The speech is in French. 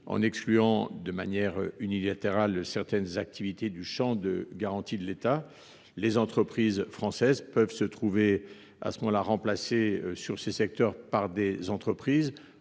en excluant de manière unilatérale certaines activités du champ de garantie de l’État, les entreprises françaises pourraient être remplacées sur ces secteurs par des entreprises